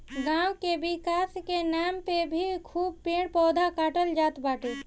गांव के विकास के नाम पे भी खूब पेड़ पौधा काटल जात बाटे